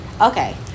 Okay